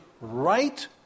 right